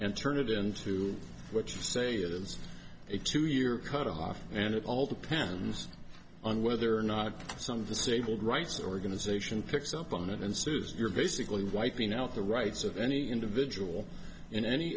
and turn it into which say it is a two year cut off and it all depends on whether or not some disabled rights organization picks up on it and sooth your basically wiping out the rights of any individual in any